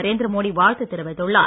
நரேந்திரமோடி வாழ்த்து தெரிவித்துள்ளார்